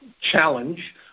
challenge